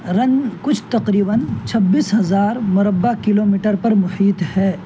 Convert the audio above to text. رن کچھ تقریباً چھبیس ہزار مربع کلو میٹر پر محیط ہے